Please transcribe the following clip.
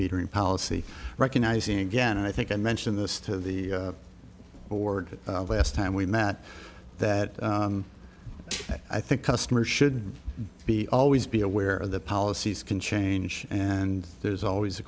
metering policy recognizing again and i think i mentioned this to the board last time we met that i think customers should be always be aware of the policies can change and there's always a